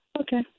Okay